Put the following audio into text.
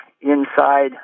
inside